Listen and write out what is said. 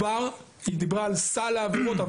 היא דיברה על סל העבירות,